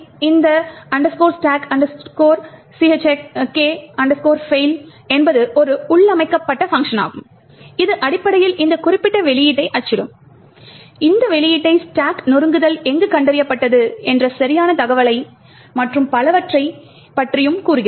இப்போது stack chk fail என்பது ஒரு உள்ளமைக்கப்பட்ட பங்க்ஷனாகும் இது அடிப்படையில் இந்த குறிப்பிட்ட வெளியீட்டை அச்சிடும் இந்த வெளியீட்டை ஸ்டாக் நொறுக்குதல் எங்கு கண்டறியப்பட்டது என்ற சரியான தகவலையும் மற்றும் பலவற்றைப் பற்றியும் கூறுகிறது